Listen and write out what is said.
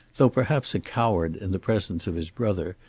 though perhaps a coward in the presence of his brother,